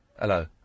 Hello